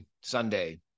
Sunday